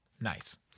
nice